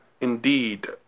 indeed